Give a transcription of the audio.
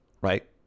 Right